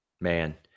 Man